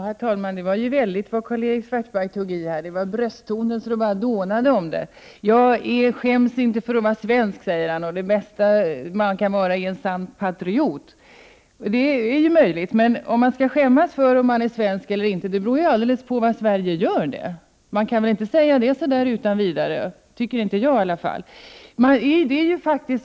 Herr talman! Det var väldigt vad Karl-Erik Svartberg tog i här. Det var brösttoner så det bara dånade om dem. Jag skäms inte för att vara svensk, sade han. Det bästa man kan vara är en sann patriot. Det är ju möjligt, men om man skall skämmas eller inte för att man är svensk beror alldeles på vad Sverige gör, tycker jag. Man kan inte säga att man inte skäms så där utan vidare.